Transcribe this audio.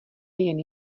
jen